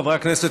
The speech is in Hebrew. חברי הכנסת,